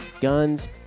guns